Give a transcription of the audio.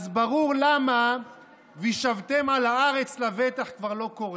אז ברור למה "וישבתם על הארץ לבטח" כבר לא קורה.